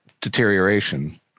deterioration